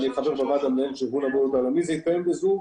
אני חבר בוועד המנהל של ארגון הבריאות העולמי והשתתפתי בישיבה ב-זום.